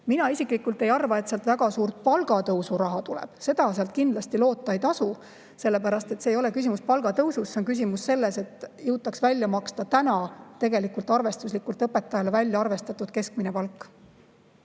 Mina isiklikult ei arva, et sealt väga suurt palgatõusuraha tuleb, seda sealt kindlasti loota ei tasu, sellepärast et see ei ole küsimus palgatõusust, see on küsimus sellest, et jõutaks välja maksta praegu tegelikult arvestuslikult õpetajale välja arvestatud keskmine palk.